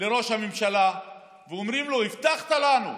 לראש הממשלה ואומרים לו: הבטחת לנו,